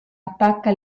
attacca